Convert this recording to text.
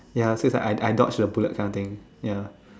ya feels like I I dodged the bullet kind of thing